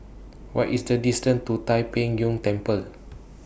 What IS The distance to Tai Pei Yuen Temple